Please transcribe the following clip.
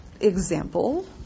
example